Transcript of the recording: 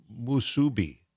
musubi